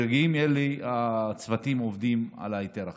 ברגעים אלה הצוותים עובדים על ההיתר החדש.